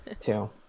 two